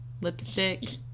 lipstick